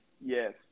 Yes